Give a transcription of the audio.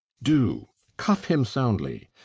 do cuff him soundly,